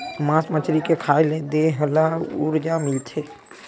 मास मछरी के खाए ले देहे ल उरजा मिलथे